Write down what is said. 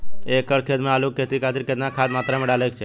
एक एकड़ खेत मे आलू के खेती खातिर केतना खाद केतना मात्रा मे डाले के चाही?